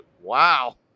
wow